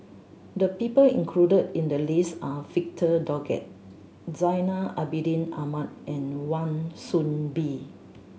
the people included in the list are Victor Doggett Zainal Abidin Ahmad and Wan Soon Bee